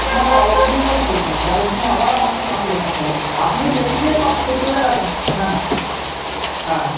না না অগ্রিম বলতে দেখুন পরের দিন আবার আপনাকে নাম লেখাতে হবে আপনি লিখিয়ে দিয়ে পালিয়ে চলে গেলেন হ্যাঁ হ্যাঁ